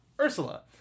Ursula